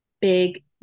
big